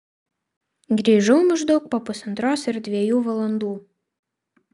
grįžau maždaug po pusantros ar dviejų valandų